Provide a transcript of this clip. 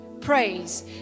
praise